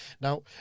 Now